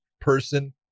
person